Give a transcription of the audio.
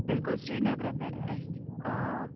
بالکل سرینگرٕ پٮ۪ٹھ اَسہِ آو